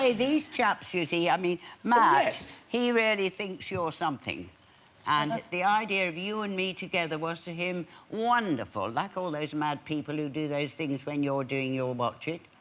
these chaps you see i mean mass he really thinks you're something and it's the idea of you and me together was to him wonderful like all those mad people who do those things when you're doing your watch it